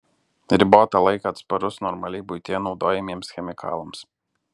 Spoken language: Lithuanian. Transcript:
ribotą laiką atsparus normaliai buityje naudojamiems chemikalams